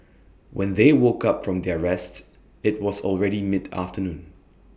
when they woke up from their rest IT was already mid afternoon